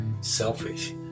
selfish